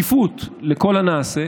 שקיפות לכל הנעשה.